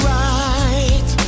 right